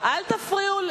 אל תפריעו.